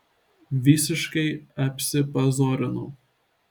visiškai apsipazorinau